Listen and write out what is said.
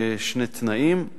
בשני תנאים: